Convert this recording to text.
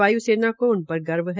वायु सेना को उन पर गर्व है